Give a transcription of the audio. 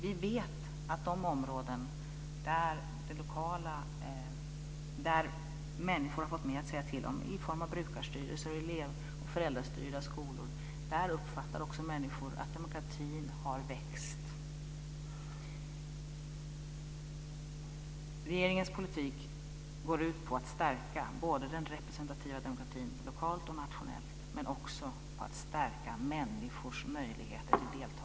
Vi vet att i de områden där människor har fått mer att säga till om genom brukarstyre och elev och föräldrastyrda skolor, där uppfattar också människor att demokratin har växt. Regeringens politik går ut på att stärka den representativa demokratin både lokalt och nationellt, men också på att stärka människors möjligheter att delta.